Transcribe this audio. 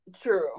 True